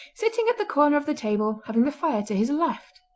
sitting at the corner of the table, having the fire to his left.